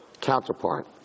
counterpart